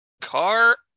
Car